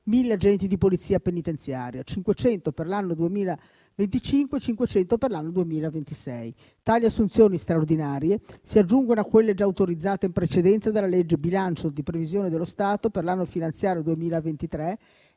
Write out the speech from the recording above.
1.000 agenti di Polizia penitenziaria, 500 per l'anno 2025 e 500 per l'anno 2026. Tali assunzioni straordinarie si aggiungono a quelle già autorizzate in precedenza dalla legge di bilancio di previsione dello Stato per l'anno finanziario 2023 e